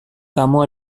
kamu